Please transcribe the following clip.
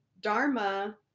Dharma